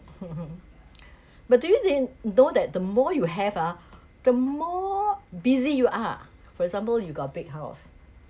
mmhmm but do you think though that the more you have ah the more busy you are for example you got a big house